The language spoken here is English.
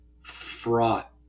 fraught